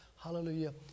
Hallelujah